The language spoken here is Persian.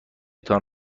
تان